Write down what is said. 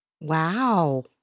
Wow